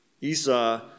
Esau